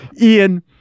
Ian